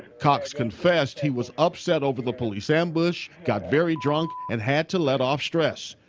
cox confessed he was upset over the police ambush, got very drunk and had to let off stress.